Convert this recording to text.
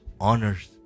honors